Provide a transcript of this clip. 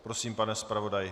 Prosím, pane zpravodaji.